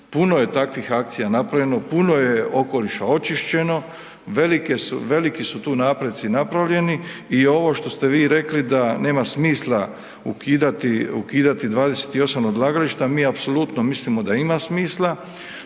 Puno je takvih akcija napravljeno, puno je okoliša očišćeno, veliki su tu napreci napravljeni i ovo što ste vi rekli da nema smisla ukidati 28 odlagališta, mi apsolutno mislimo da ima smisla.